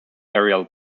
aerial